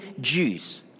Jews